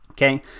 Okay